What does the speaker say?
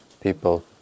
people